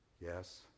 Yes